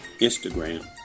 Instagram